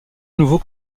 nouveau